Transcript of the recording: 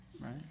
right